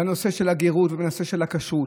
בנושא של הגרות ובנושא של הכשרות,